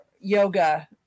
yoga